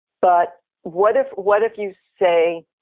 but what if what if you say,